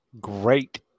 Great